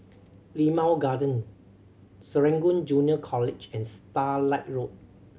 Limau Garden Serangoon Junior College and Starlight Road